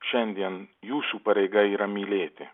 šiandien jūsų pareiga yra mylėti